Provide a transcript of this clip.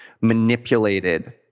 manipulated